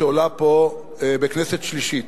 שעולה פה בכנסת שלישית.